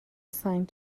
assigned